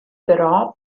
però